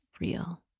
real